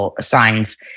signs